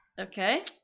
Okay